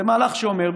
אבל זה מהלך שאומר,